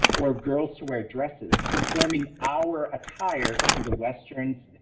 or girls to wear dresses, confirming our attire to the western's